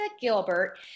Gilbert